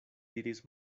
diris